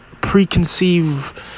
preconceived